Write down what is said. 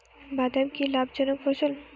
বাদাম কি লাভ জনক ফসল?